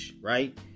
right